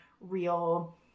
real